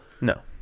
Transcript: No